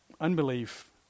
Unbelief